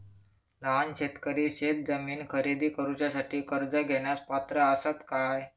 लहान शेतकरी शेतजमीन खरेदी करुच्यासाठी कर्ज घेण्यास पात्र असात काय?